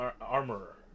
armorer